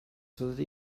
fyddi